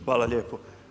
Hvala lijepo.